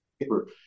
paper